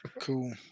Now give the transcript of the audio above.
cool